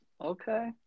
okay